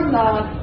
love